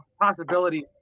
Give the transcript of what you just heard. possibility